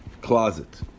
closet